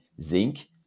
zinc